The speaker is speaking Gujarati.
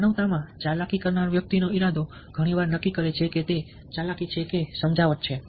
મનાવતા માં ચાલાકી કરનાર વ્યક્તિનો ઇરાદો ઘણી વાર નક્કી કરે છે કે તે ચાલાકી છે કે સમજાવટ છે